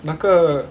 那个